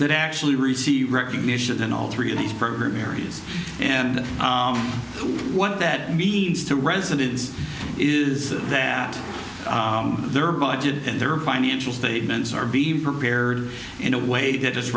that actually receive recognition and all three of these program areas and what that means to residents is that their budgets and their financial statements are being prepared in a way that